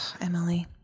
Emily